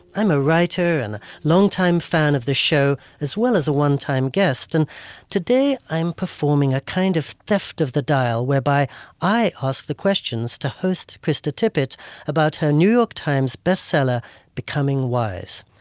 i'm a writer and long-time fan of the show, as well as a one-time guest. and today i'm performing a kind of theft of the dial whereby i ask the questions to host krista krista tippett about her new york times bestseller becoming wise.